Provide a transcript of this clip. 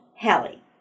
Hallie